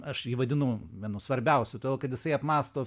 aš jį vadinu vienu svarbiausiu todėl kad jisai apmąsto